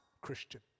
Christian